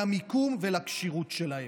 למיקום ולכשירות שלהם.